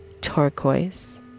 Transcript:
turquoise